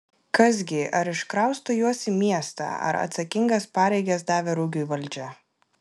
kas gi ar iškrausto juos į miestą ar atsakingas pareigas davė rugiui valdžia